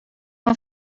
não